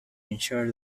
ensure